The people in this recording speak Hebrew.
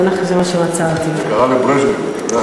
זה קרה לברז'נייב.